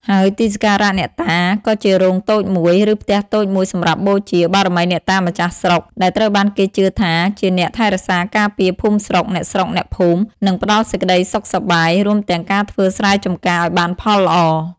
ហើយទីសក្ការៈអ្នកតា ក៏ជារោងតូចមួយ ឬផ្ទះតូចមួយសម្រាប់បូជា បារមីអ្នកតាម្ចាស់ស្រុក ដែលត្រូវបានគេជឿថាជាអ្នកថែរក្សាការពារភូមិស្រុក អ្នកស្រុក អ្នកភូមិ និងផ្តល់សេចក្តីសុខសប្បាយ រួមទាំងការធ្វើស្រែចម្ការឱ្យបានផលល្អ។